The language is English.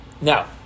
Now